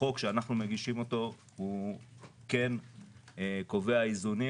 החוק שאנחנו מגישים אותו קובע איזונים